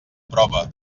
prova